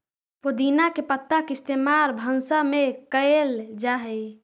पुदीना के पत्ता के इस्तेमाल भंसा में कएल जा हई